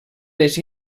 les